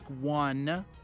one